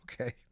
Okay